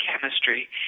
chemistry